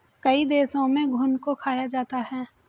कई देशों में घुन को खाया जाता है